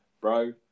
Bro